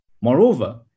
Moreover